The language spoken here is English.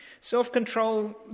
Self-control